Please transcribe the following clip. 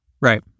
Right